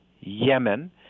Yemen